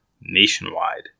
Nationwide